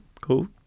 cool